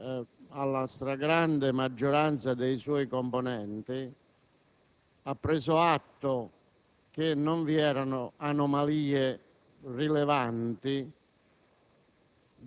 nella stragrande maggioranza dei suoi componenti, ha preso atto che non risultavano anomalie rilevanti